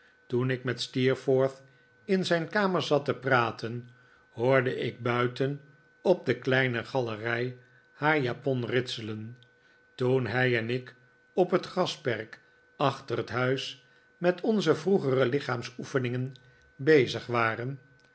toen ik met steerforth in zijn kamer zat te praten hoorde ik buiten op de kleine galerij haar japon ritselen toen hij en ik op net grasperk achter het huis met onze vroegere lichaamsoefeningen bezig waren